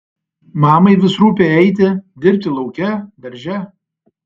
mamai vis rūpi eiti dirbti lauke darže